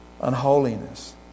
unholiness